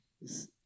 yes